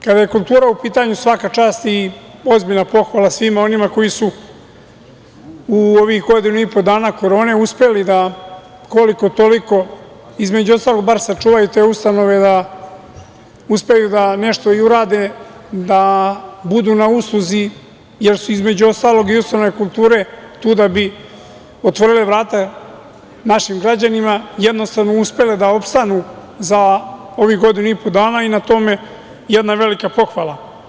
Kada je kultura u pitanju, svaka čast i ozbiljna pohvala svima onima koji su u ovih godinu i po dana korone uspeli da, koliko-toliko, između ostalog, bar sačuvaju te ustanove, da uspeju da nešto i urade, da budu na usluzi, jer su, između ostalog, i ustanove kulture tu da bi otvorile vrata našim građanima, jednostavno uspele da opstanu za ovih godinu i po dana i na tome jedna velika pohvala.